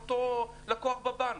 אותו לקוח בבנק.